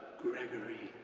gregory,